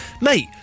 Mate